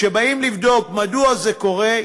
כשבאים לבדוק מדוע זה קורה,